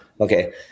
okay